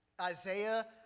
Isaiah